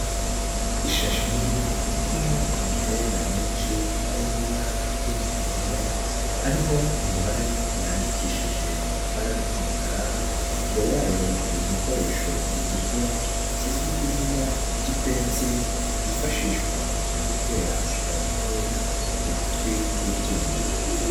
Ishashi nini irimo amahena menshi ari mu ibara ry'umuhondo ariho imibare yandikishije ibara ry'umukara, imbere yayo hari igikoresho gitukura kizwi ku izina ry'ipensi yifashishwa mu gutera ayo maherena mu gutwi kw'itungo.